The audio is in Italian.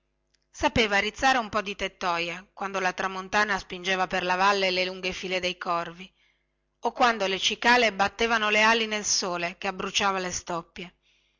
sapeva rizzare un po di tettoia quando la tramontana spingeva per la valle le lunghe file dei corvi o quando le cicale battevano le ali nel sole che abbruciava le stoppie